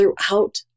throughout